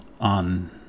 on